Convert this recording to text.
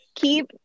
keep